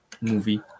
movie